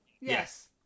Yes